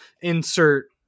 insert